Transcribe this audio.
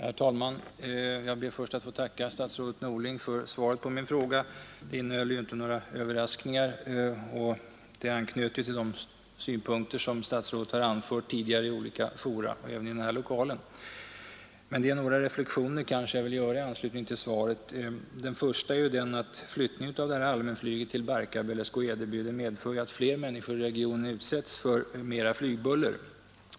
Herr talman! Jag ber först att få tacka statsrådet Norling för svaret på min fråga. Det innehöll väl egentligen inte några överraskningar utan anknöt till de synpunkter som statsrådet anfört tidigare i olika fora och även här i kammaren. Några reflexioner vill jag ändå göra i anslutning till svaret. Den första reflexionen är denna. Flyttningen av allmänflyget till Barkarby eller Skå-Edeby medför att fler människor i regionen utsätts för mer flygbuller.